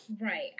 Right